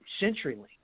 CenturyLink